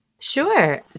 Sure